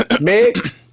Meg